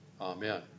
amen